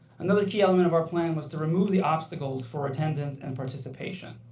another key element of our plan was to remove the obstacles for attendance and participation.